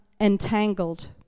entangled